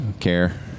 care